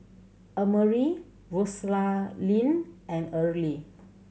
Emery and Earle